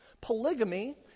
Polygamy